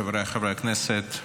חבריי חברי הכנסת,